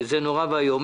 זה נורא ואיום.